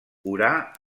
urà